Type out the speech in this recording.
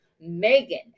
Megan